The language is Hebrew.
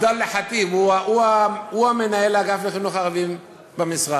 עבדאללה ח'טיב הוא מנהל האגף לחינוך ערבים במשרד.